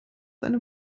eine